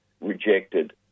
rejected